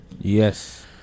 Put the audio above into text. Yes